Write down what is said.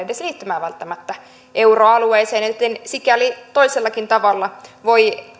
edes liittymään välttämättä euroalueeseen joten sikäli toisellakin tavalla voi